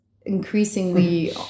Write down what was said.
increasingly